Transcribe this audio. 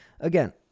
again